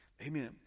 Amen